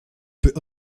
peut